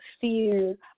fear